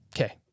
Okay